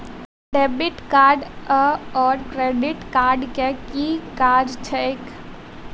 Debit card आओर credit card केँ की काज छैक?